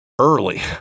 early